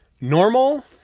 normal